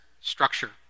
structure